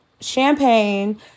Champagne